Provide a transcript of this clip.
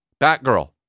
Batgirl